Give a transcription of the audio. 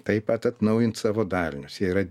taip pat atnaujins savo dalinius jie yra